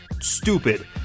stupid